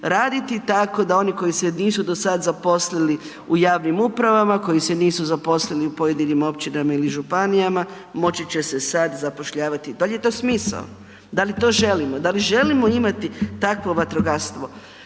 raditi, tako da oni koji se nisu do sada zaposlili u javnim upravama, koji se nisu zaposlili u pojedinim općinama i županijama moći će se sada zapošljavati. Dal je to smisao? Da li to želimo? Da li želimo imati takvo vatrogastvo?